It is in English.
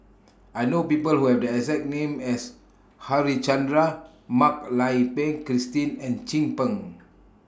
I know People Who Have The exact name as Harichandra Mak Lai Peng Christine and Chin Peng